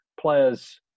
players